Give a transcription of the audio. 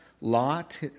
Lot